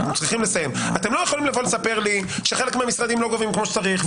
אתם לא יכולים לבוא לספר לי שחלק מהמשרדים לא גובים כמו שצריך,